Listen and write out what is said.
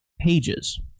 pages